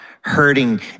hurting